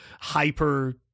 hyper